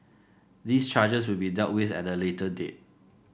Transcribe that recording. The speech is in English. these charges will be dealt with at a later date